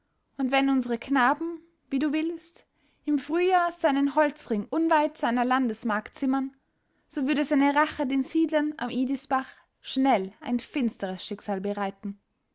und wenn unsere knaben wie du willst im frühjahr einen holzring unweit seiner landesmark zimmern so würde seine rache den siedlern am idisbach schnell ein finsteres schicksal bereiten